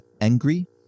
angry